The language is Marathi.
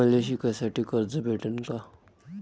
मले शिकासाठी कर्ज भेटन का?